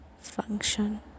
function